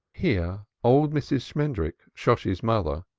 here old mrs. shmendrik, shosshi's mother,